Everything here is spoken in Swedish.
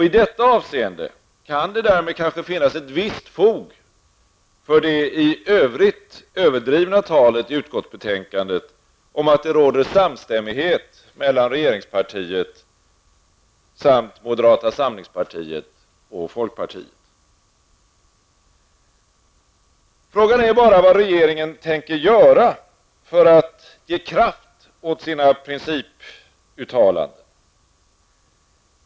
I detta avseende kan det därmed kanske finnas ett visst fog för det i övrigt överdrivna talet i utskottsbetänkandet om att det råder samstämmighet mellan regeringspartiet samt moderata samlingspartiet och folkpartiet. Frågan är bara vad regeringen tänker göra för att ge kraft åt sin principuttalanden.